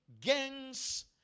gangs